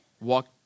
Walk